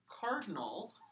cardinal